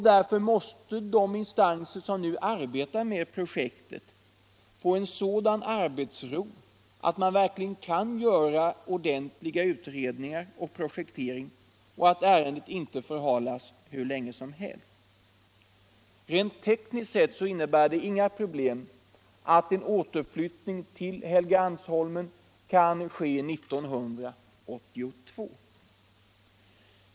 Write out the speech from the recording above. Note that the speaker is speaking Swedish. Därför måste de instanser som nu arbetar med projektet få sådan arbetsro att de verkligen kan göra ordentliga utredningar och fullfölja projekteringen. Rent tekniskt innebär det inga problem att riksdagen återvänder till Helgeandsholmen 1982.